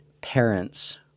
parents